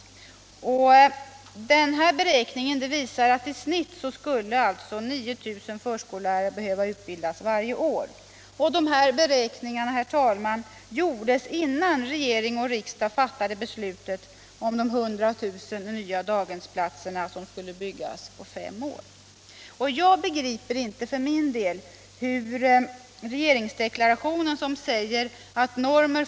Denna beräkning visar alltså att i genomsnitt 9 000 förskollärare skulle behöva utbildas varje år. Dessa beräkningar gjordes, herr talman, innan regering och riksdag fattade beslutet om de 100 000 nya daghemsplatserna, som skulle byggas på fem år. Och jag begriper för min del inte hur regeringsdeklarationen, som säger att normer.